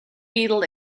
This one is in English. fetal